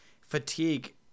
fatigue